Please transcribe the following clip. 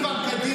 ואם כבר קדיש,